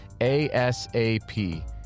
ASAP